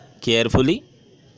carefully